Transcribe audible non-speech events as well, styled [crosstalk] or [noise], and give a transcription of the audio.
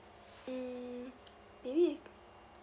mm [breath] maybe we co~